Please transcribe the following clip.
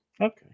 Okay